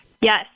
Yes